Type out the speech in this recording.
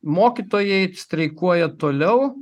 mokytojai streikuoja toliau